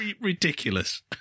ridiculous